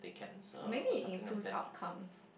or maybe it improves outcomes